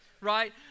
right